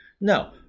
no